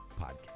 podcast